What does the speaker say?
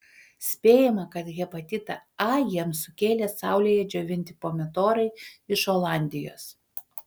spėjama kad hepatitą a jiems sukėlė saulėje džiovinti pomidorai iš olandijos